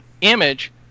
image